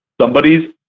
somebody's